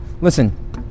Listen